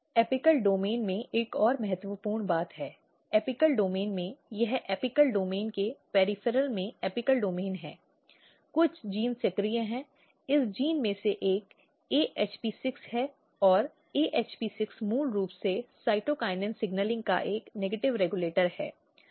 apical domain में एक और महत्वपूर्ण बात है एपिकल डोमेन में यह एपिकल डोमेन के पॅरिफ़ॅरॅल में एपिकल डोमेन है कुछ जीन सक्रिय हैं इस जीन में से एक AHP6 है और AHP6 मूल रूप से साइटोकिनिन सिग्नलिंग का एक नेगेटिव रेगुलेटर है